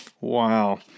Wow